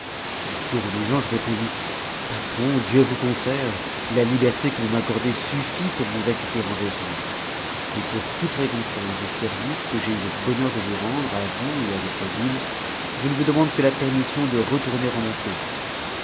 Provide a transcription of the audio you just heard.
ce discours obligeant je répondis patron dieu vous conserve la liberté que vous m'accordez suffit pour vous acquitter envers moi et nour toute récompense du service que j'ai eu le bonheur de vous rendre a vous et à votre ville je ne vous demande que la permission de retourner en mon pays